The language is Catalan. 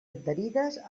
adherides